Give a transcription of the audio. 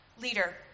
leader